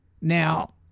Now